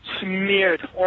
smeared